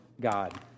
God